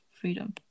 freedom